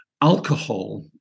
alcohol